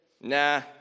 nah